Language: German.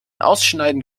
ausschneiden